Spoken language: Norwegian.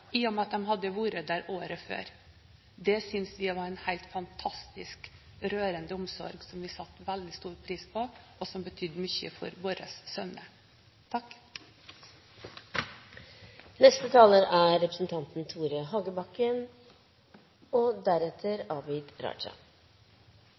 i og med at de hadde vært der året før. Det synes vi var en helt fantastisk rørende omsorg, som vi satte veldig stor pris på, og som betydde mye for våre sønner. I dag synes jeg virkelig at Stortinget viser styrke. Også jeg vil understreke verdien og